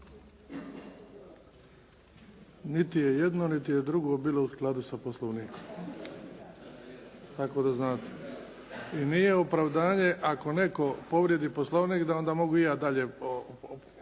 Niti je jedno, niti je drugo bilo u skladu sa Poslovnikom. Tako da znate. I nije opravdanje ako netko povredi Poslovnik da onda mogu i ja dalje, znači